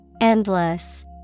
Endless